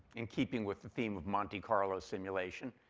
in keeping with the theme of monte carlo simulation.